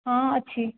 ହଁ ଅଛି